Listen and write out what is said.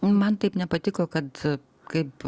man taip nepatiko kad kaip